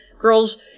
Girls